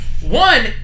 One